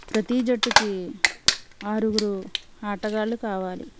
ప్రతీ జట్టుకి ఆరుగురు ఆటగాళ్ళు కావాలి